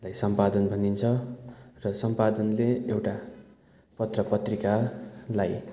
लाई सम्पादन भनिन्छ र सम्पादनले एउटा पत्र पत्रिकालाई